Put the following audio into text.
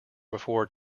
before